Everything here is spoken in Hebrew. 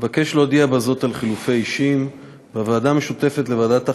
אבקש להודיע בזה על חילופי אישים בוועדה המשותפת לוועדת החוקה,